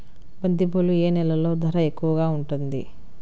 బంతిపూలు ఏ నెలలో ధర ఎక్కువగా ఉంటుంది?